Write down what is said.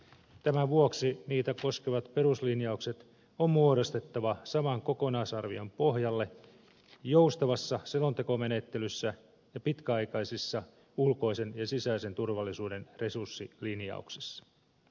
tämän vuoksi niitä koskevat peruslinjaukset on muodostettava saman kokonaisarvion pohjalle joustavassa selontekomenettelyssä ja pitkäaikaisissa ulkoisen ja sisäisen turvallisuuden resurssilinjauksissa